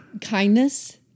kindness